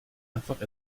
einfach